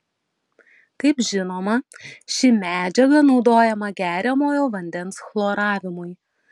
kaip žinoma ši medžiaga naudojama geriamojo vandens chloravimui